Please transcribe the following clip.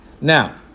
Now